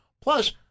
Plus